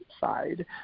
side